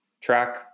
Track